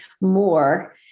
more